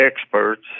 experts